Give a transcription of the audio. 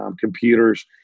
computers